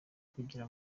kugira